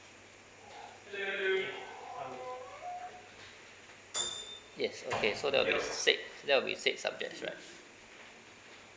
yes okay so there will be six there will be six subjects right